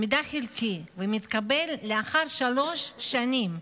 המידע חלקי ומתקבל לאחר שלוש שנים.